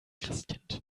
christkind